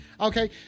Okay